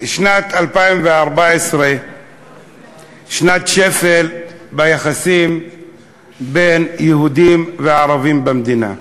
שנת 2014 היא שנת שפל ביחסים בין יהודים וערבים במדינה,